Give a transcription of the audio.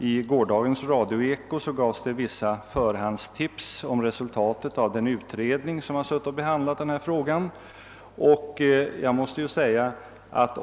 I gårdagens radioeko gavs vissa förhandstips om resultatet av den utredning som har behandlat denna fråga.